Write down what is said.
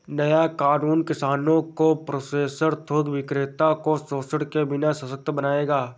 नया कानून किसानों को प्रोसेसर थोक विक्रेताओं को शोषण के बिना सशक्त बनाएगा